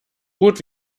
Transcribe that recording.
gut